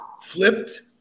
flipped